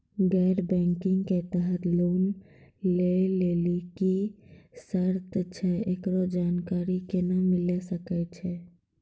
गैर बैंकिंग के तहत लोन लए लेली की सर्त छै, एकरो जानकारी केना मिले सकय छै?